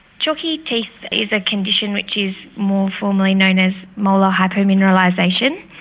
chalky teeth is a condition which is more formally known as molar hypomineralisation.